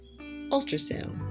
ultrasound